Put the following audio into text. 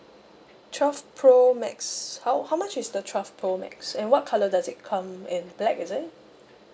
twelve pro max how how much is the twelve pro max and what colour does it come in black is it